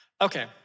Okay